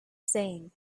saying